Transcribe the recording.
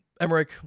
emmerich